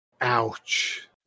ouch